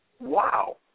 Wow